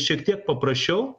šiek tiek paprasčiau